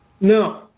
No